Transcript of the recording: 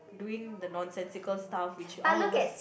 doing the nonsensical stuff which is all of us